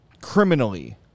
Criminally